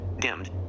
Dimmed